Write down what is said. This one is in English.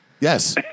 Yes